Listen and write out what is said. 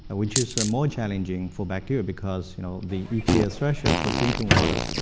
which is more challenging for bacteria, because you know the epa threshold for drinking water,